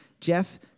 Jeff